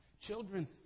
Children